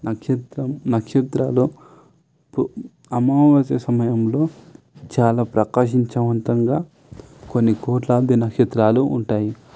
నక్షత్రం నక్షత్రాలు ఇప్పుడు అమావాస్య సమయంలో చాలా ప్రకాశించవంతంగా కొన్ని కోట్లాది నక్షత్రాలు ఉంటాయి